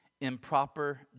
Improper